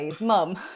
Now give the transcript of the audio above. mum